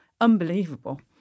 Unbelievable